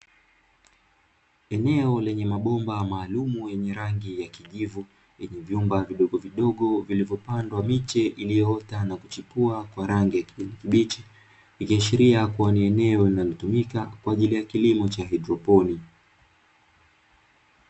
Eneo lenye mabomba maalumu yenye rangi ya kijivu, yenye vyumba vidogovidogo vilivyopandwa miche iliyoota na kuchupua kwa rangi ya kijani kibichi, ikiashiria kuwa ni eneo linalotumika kwa ajili ya kilimo cha haidroponi.